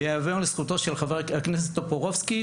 וייאמר לזכותו של חבר הכנסת טופורובסקי,